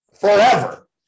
forever